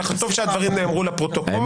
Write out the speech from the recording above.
טוב שהדברים נאמרו לפרוטוקול.